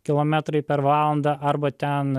kilometrai per valandą arba ten